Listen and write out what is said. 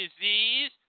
disease